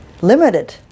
limited